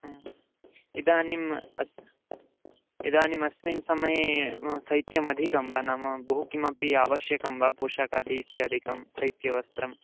ह्म् इदानीम् अस् इदानीमस्मिन् समये शैत्यमधिकं वा नाम बहु किमपि अवश्यकं वा पोषाकादि इत्यादिकं शैत्यवस्त्रं